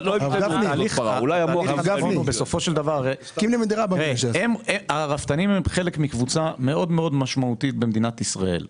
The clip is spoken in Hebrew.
הרפתנים הם חלק מקבוצה מאוד משמעותית במדינת ישראל.